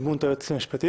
בדמות היועצת המשפטית.